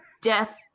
Death